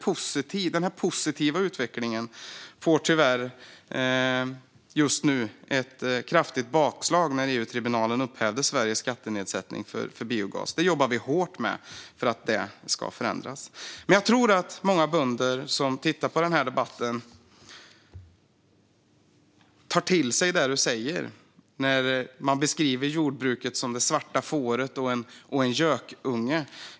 Denna positiva utveckling får tyvärr just nu ett kraftigt bakslag då EU-tribunalen upphävt Sveriges skattenedsättning för biogas, men vi jobbar hårt för att detta ska förändras. Jag tror att många bönder som tittar på denna debatt tar till sig det du säger, Jytte Guteland, när jordbruket beskrivs som det svarta fåret och en gökunge.